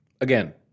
Again